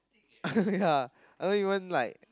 ya I don't even like